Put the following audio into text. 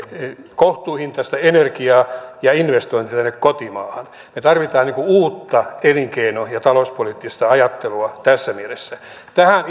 kohtuuhintaista energiaa ja investointeja tänne kotimaahan me tarvitsemme uutta elinkeino ja talouspoliittista ajattelua tässä mielessä tähän